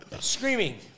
Screaming